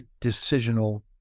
decisional